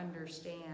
understand